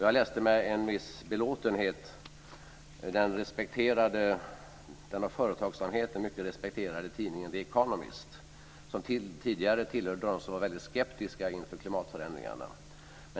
Jag läste med en viss belåtenhet den av företagsamheten mycket respekterade tidningen The Economist, som tidigare tillhörde dem som var mycket skeptiska inför klimatförändringarna.